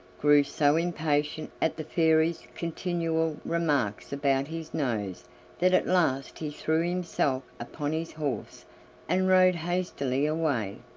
grew so impatient at the fairy's continual remarks about his nose that at last he threw himself upon his horse and rode hastily away.